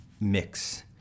mix